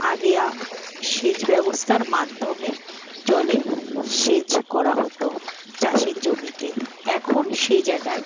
আগে সেচ ব্যবস্থার মাধ্যমে জলে সেচ করা হতো চাষের জমিতে এখন সে জাগায়